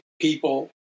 people